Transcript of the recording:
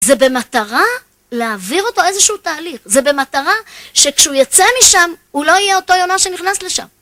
זה במטרה להעביר אותו איזשהו תהליך, זה במטרה שכשהוא יצא משם הוא לא יהיה אותו יונה שנכנס לשם.